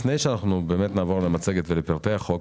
לפני שבאמת נעבור למצגת ולפרטי החוק,